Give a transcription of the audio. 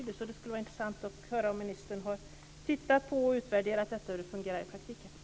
Det skulle vara intressant att få höra om ministern har tittat på det och utvärderat hur det kommer att fungera i praktiken.